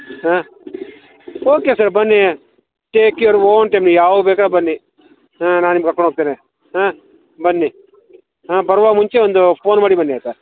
ಹಾಂ okay sir ಬನ್ನಿ take your own time ನೀವ್ಯಾವಾಗ ಬೇಕಾರ ಬನ್ನಿ ಹಾಂ ನಾನು ನಿಮ್ಮ ಕರ್ಕೊಂಡು ಹೋಗ್ತೇನೆ ಹಾಂ ಬನ್ನಿ ಹಾಂ ಬರುವ ಮುಂಚೆ ಒಂದು ಫೋನ್ ಮಾಡಿ ಬನ್ನಿ ಆಯಿತಾ